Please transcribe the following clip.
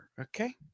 Okay